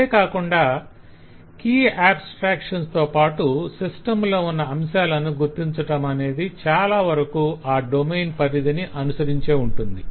అదే కాకుండా key abstractions తో పాటు సిస్టంలో ఉన్న అంశాలను గుర్తించటమనేది చాలావరకు ఆ డొమైన్ పరిధిని అనుసరించే ఉంటుంది